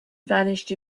vanished